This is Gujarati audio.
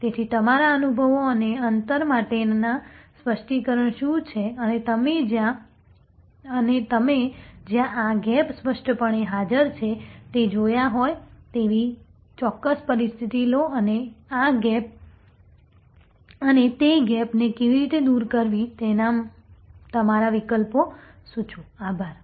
તેથી તમારા અનુભવો અને અંતર માટેના સ્પષ્ટીકરણ શું છે અને તમે જ્યાં આ ગેપ સ્પષ્ટપણે હાજર છે તે જોયા હોય તેવી ચોક્કસ પરિસ્થિતિઓ લો અને તે ગેપ ને કેવી રીતે દૂર કરવી તેના તમારા વિકલ્પો સૂચવો